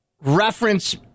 reference